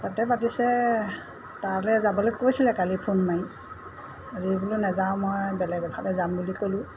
তাতে পাতিছে তালৈ যাবলৈ কৈছিলে কালি ফোন মাৰি আজি বোলে নাযাওঁ মই বেলেগ এফালে যাম বুলি ক'লোঁ